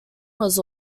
was